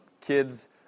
kids